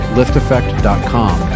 lifteffect.com